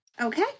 Okay